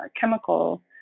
chemical